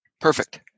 Perfect